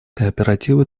кооперативы